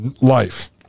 life